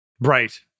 Right